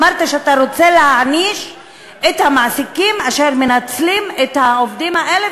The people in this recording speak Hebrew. אמרת שאתה רוצה להעניש את המעסיקים אשר מנצלים את העובדים האלה,